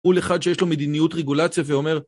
ולאחד שיש לו מדיניות רגולציה ואומר...